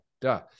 duh